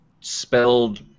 spelled